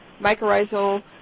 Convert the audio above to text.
mycorrhizal